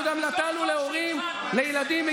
זה בא לידי ביטוי בתוספת נקודות זיכוי,